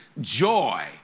joy